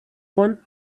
one